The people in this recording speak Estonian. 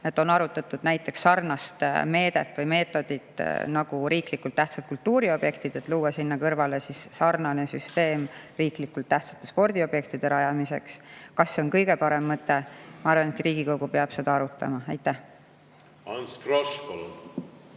On [kaalutud] sarnast meedet või meetodit nagu on riiklikult tähtsate kultuuriobjektide puhul, et luua sinna kõrvale sarnane süsteem riiklikult tähtsate spordiobjektide rajamiseks. Kas see on kõige parem mõte? Ma arvan, et Riigikogu peab seda arutama. Ma alustan